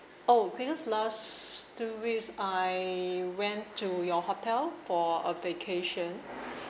oh because last two weeks I went to your hotel for a vacation